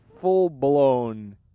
full-blown